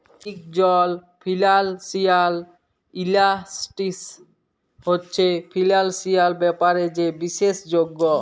ইকজল financial analyst হছে financial ব্যাপারে যে বিশেষজ্ঞ